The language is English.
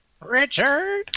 Richard